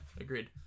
agreed